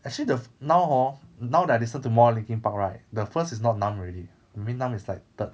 actually the now hor now that I listen to more linkin park right the first is not numb already I mean numb is like third